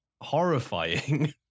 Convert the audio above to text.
horrifying